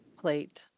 plate